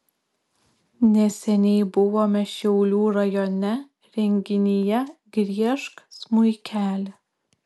neseniai buvome šiaulių rajone renginyje griežk smuikeli